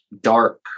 dark